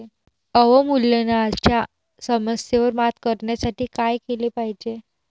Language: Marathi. अवमूल्यनाच्या समस्येवर मात करण्यासाठी काय केले पाहिजे?